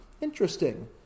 Interesting